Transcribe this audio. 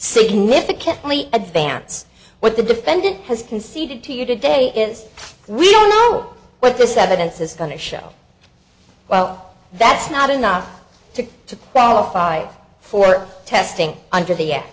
significantly advance what the defendant has conceded to you today is we don't know what this evidence is going to show well that's not enough to to qualify for testing under